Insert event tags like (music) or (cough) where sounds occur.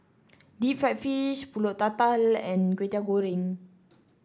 Deep Fried Fish pulut tatal and Kwetiau Goreng (noise)